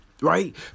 right